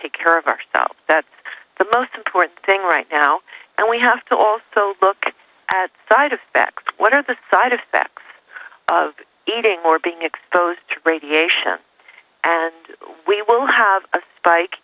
take care of our stuff that's the most important thing right now and we have to also look at side effects what are the side effects of eating or being exposed to radiation and we will have a spike